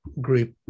group